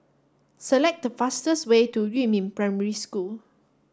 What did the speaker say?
select the fastest way to Yumin Primary School